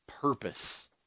purpose